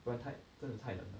不然太真的太冷了